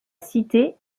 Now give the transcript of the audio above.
cité